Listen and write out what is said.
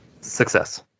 Success